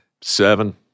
Seven